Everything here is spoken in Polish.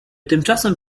tymczasem